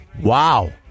Wow